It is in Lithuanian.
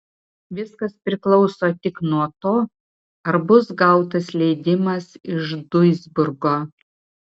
viskas priklauso tik nuo to ar bus gautas leidimas iš duisburgo